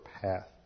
path